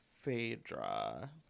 Phaedra